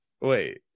Wait